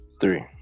Three